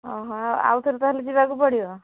ଆଉ ଥରେ ତାହେଲେ ଯିବାକୁ ପଡ଼ିବ